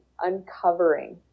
uncovering